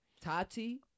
Tati